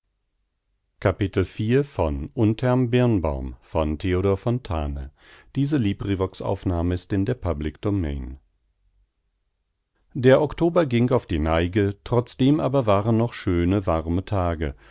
der oktober ging auf die neige trotzdem aber waren noch schöne warme tage